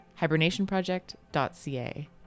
hibernationproject.ca